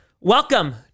Welcome